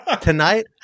tonight